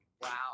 Wow